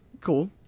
cool